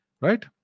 Right